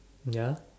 ya